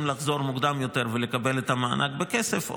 לחזור מוקדם יותר ולקבל את המענק בכסף,